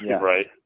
right